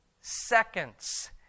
seconds